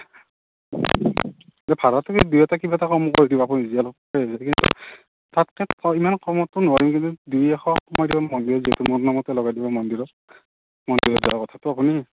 ভাড়াটো দিওঁতে কিবা এটা কম কৰি দিব আপুনি নিজে অলপ তাতকৈ ইমান কমততো নোৱাৰিম দুই এশ কমাই দিম মোৰ নামতে লগাই দিব মন্দিৰত মন্দিৰত যোৱাৰ কথাতো আপুনি